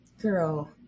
Girl